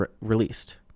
released